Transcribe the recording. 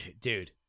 dude